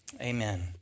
Amen